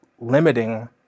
limiting